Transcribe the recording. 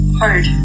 hard